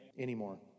Anymore